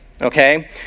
Okay